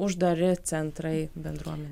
uždari centrai bendruomenė